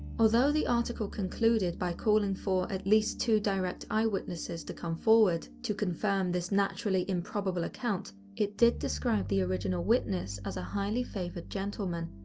although, the article concluded by calling for at least two direct eyewitnesses to come forward to confirm this naturally improbable account, it did describe the original witness as a highly favoured gentleman,